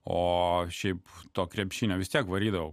o šiaip to krepšinio vis tiek varydavau